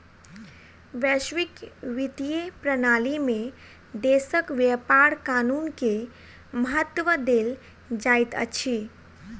वैश्विक वित्तीय प्रणाली में देशक व्यापार कानून के महत्त्व देल जाइत अछि